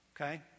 okay